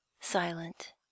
silent